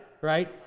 right